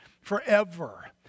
forever